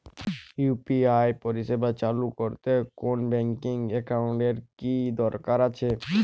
UPI পরিষেবা চালু করতে কোন ব্যকিং একাউন্ট এর কি দরকার আছে?